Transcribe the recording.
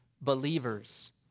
believers